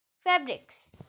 Fabrics